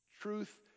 Truth